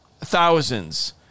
thousands